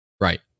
Right